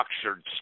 structured